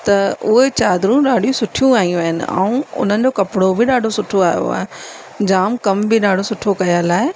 त उहे चादरूं ॾाढियूं सुठियूं आयूं आहिनि ऐं उन्हनि जो कपिड़ो बि ॾाढो सुठो आयो आहे जाम कम बि ॾाढो सुठो कयल आहे